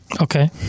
Okay